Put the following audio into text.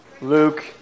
Luke